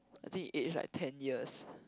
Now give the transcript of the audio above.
I think he age like ten years